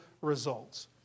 results